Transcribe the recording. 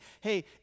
hey